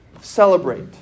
Celebrate